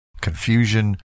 confusion